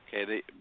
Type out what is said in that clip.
okay